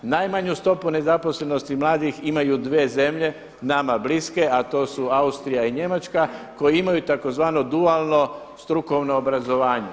Najmanju stopu nezaposlenosti mladih imaju dvije zemlje nama bliske a to su Austrija i Njemačka koji imaju tzv. dualno, strukovno obrazovanje.